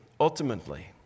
ultimately